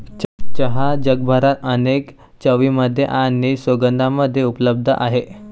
चहा जगभरात अनेक चवींमध्ये आणि सुगंधांमध्ये उपलब्ध आहे